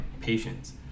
patients